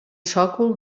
sòcol